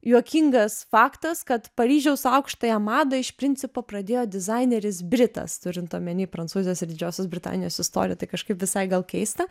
juokingas faktas kad paryžiaus aukštąją madą iš principo pradėjo dizaineris britas turint omeny prancūzijos ir didžiosios britanijos istoriją tai kažkaip visai gal keista